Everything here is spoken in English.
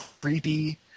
creepy